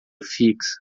fixa